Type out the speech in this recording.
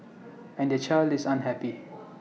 and their child is unhappy